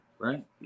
Right